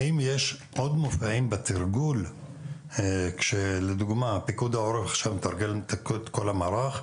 האם יש עוד תרגולים למשל כשפיקוד העורף מתרגל את כל המערך,